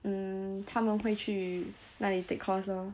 mm 他们会去那里 take course lor